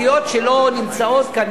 הסיעות שלא נמצאות כאן,